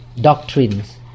doctrines